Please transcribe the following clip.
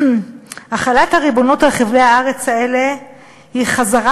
החלת הריבונות על חבלי הארץ האלה היא חזרה